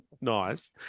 Nice